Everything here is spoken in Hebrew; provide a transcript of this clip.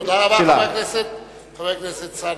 תודה רבה, חבר הכנסת אלסאנע.